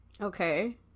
Okay